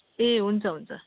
ए हुन्छ हुन्छ